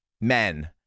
Men